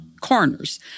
coroners